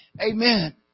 Amen